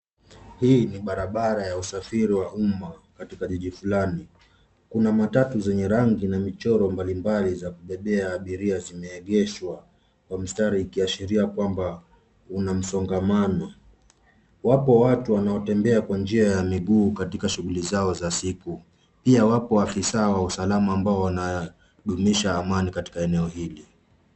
Hii ni barabara ya usafiri wa umma katika jiji fulani. Kuna matatu zenye rangi na michoro mbalimbali za kubebea abiria zimeegeshwa kwa mistari ikiashiria kwamba kuna msongamano. Wapo watu wanatembea kwa njia ya miguu katika shughuli zao za siku. Pia wapo afisaa wa usalama ambao wanadumisha amani katika eneo hili.